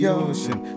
ocean